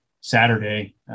Saturday